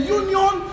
union